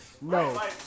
No